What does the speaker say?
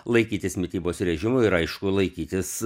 laikytis mitybos režimo ir aišku laikytis